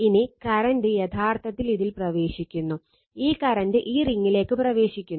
ഇനി കറന്റ് യഥാർത്ഥത്തിൽ അതിൽ പ്രവേശിക്കുന്നു ഈ കറന്റ് ഈ റിംഗിലേക്ക് പ്രവേശിക്കുന്നു